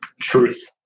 Truth